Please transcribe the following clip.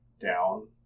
down